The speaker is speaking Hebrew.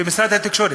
במשרד התקשורת?